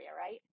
right